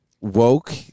woke